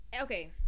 okay